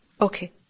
Okay